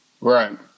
right